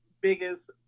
biggest